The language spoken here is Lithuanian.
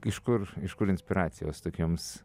iš kur iš kur inspiracijos tokioms